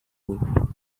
roof